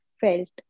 felt